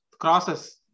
crosses